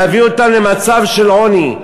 להביא אותם למצב של עוני.